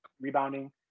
rebounding